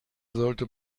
sollte